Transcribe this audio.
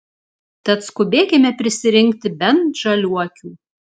tad skubėkime prisirinkti bent žaliuokių